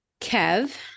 Kev